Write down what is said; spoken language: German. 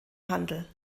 handel